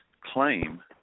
claim